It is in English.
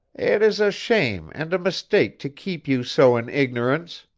it is a shame and a mistake to keep you so in ignorance!